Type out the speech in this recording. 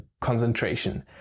concentration